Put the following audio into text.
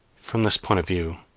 from this point of view,